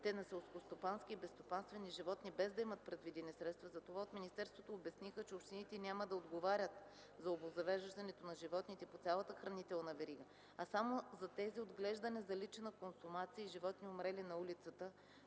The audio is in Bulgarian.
на селскостопански и безстопанствени животни, без да имат предвидени средства за това, от министерството обясниха, че общините няма да отговарят за обезвреждането на животните по цялата хранителна верига, а само за тези, отглеждани за лична консумация и животни, умрели на улицата,